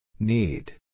Need